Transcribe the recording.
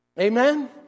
Amen